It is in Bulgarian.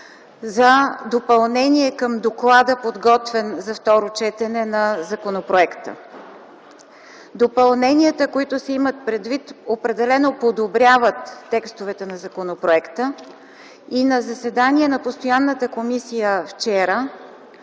за допълнение към доклада, подготвен за второ четене на законопроекта. Допълненията, които се имат предвид, определено подобряват текстовете на законопроекта. Вчера те бяха обсъждани на заседание на постоянната комисия. Има